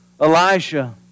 Elijah